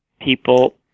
people